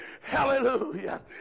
Hallelujah